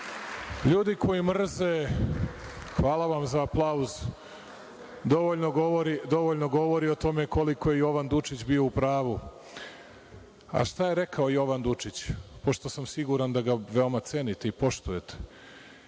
najpre… (Aplauz!)Hvala vam za aplauz. Dovoljno govori o tome koliko je Jovan Dučić bio u pravu, a šta je rekao Jovan Dučić, pošto sam siguran da ga veoma cenite i poštujete.